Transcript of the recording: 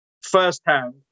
firsthand